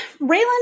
Raylan